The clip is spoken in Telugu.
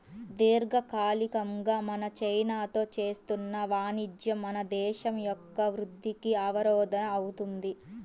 దీర్ఘకాలికంగా మనం చైనాతో చేస్తున్న వాణిజ్యం మన దేశం యొక్క వృద్ధికి అవరోధం అవుతుంది